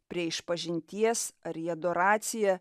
prie išpažinties ar į adoraciją